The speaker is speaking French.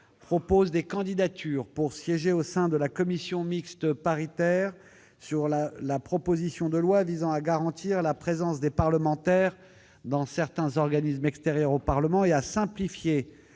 propose des candidatures pour siéger au sein de la commission mixte paritaire sur la proposition de loi visant à garantir la présence des parlementaires dans certains organismes extérieurs au Parlement et à simplifier